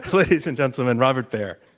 ladies and gentlemen, robert baer.